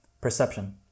perception